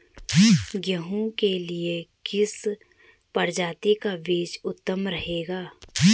गेहूँ के लिए किस प्रजाति का बीज उत्तम रहेगा?